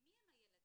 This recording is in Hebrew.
מי הם הילדים.